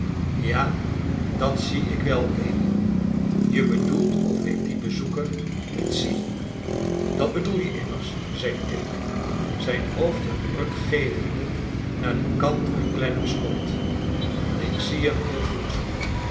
ja dat zie ik wel amy je bedoelt of ik dien bezoeker niet zie dat bedoel je immers zei tip zijn hoofd een ruk gevende naar den kant waar clennam stond ik zie hem heel goed